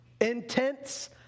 intense